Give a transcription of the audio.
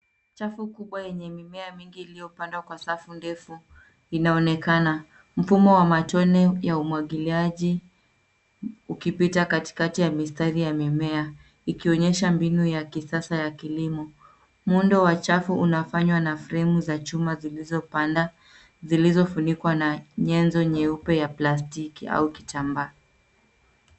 Chafu kubwa enye mimea mingi iliopandwa kwa safu ndefu inaonekana mfumo wa matone ya umwagiliaji ukipita katikati ya mistari ya mimea ikionyesha mbinu ya kisasa ya kilimo, muundo wa chafu unafanywa na fremu za chuma zilizopanda zilizofunikwa na nyenzo nyeupe ya plastiki au kitambaa.